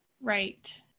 right